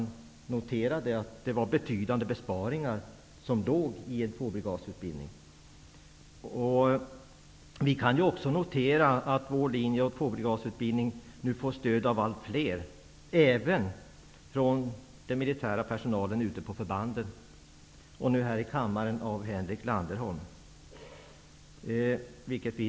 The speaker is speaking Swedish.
Han noterade att betydande besparingar kan göras med hjälp av tvåbrigadutbildningen. Vi socialdemokrater noterar att vår linje om tvåbrigadutbildning får stöd av allt fler, även från den militära personalen ute på förbanden och här i kammaren av Henrik Landerholm. Herr talman!